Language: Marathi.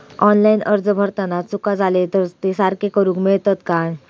ऑनलाइन अर्ज भरताना चुका जाले तर ते सारके करुक मेळतत काय?